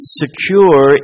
secure